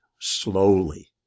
Slowly